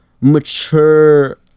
mature